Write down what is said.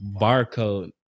barcode